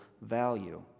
value